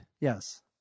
Yes